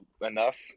enough